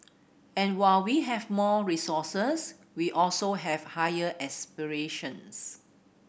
and while we have more resources we also have higher aspirations